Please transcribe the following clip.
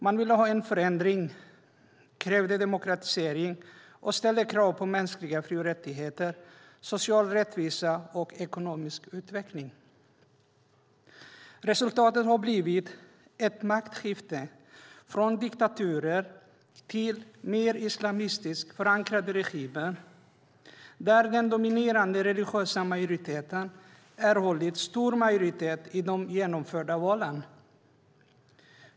Man ville ha en förändring, krävde demokratisering och ställde krav på mänskliga fri och rättigheter, social rättvisa och ekonomisk utveckling. Resultatet har blivit ett maktskifte från diktaturer till mer islamistiskt förankrade regimer där den dominerande, religiösa majoriteten har erhållit stor majoritet i de genomförda valen.